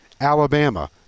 Alabama